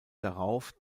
darauf